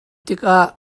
tikah